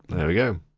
there we go.